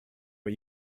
but